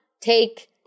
take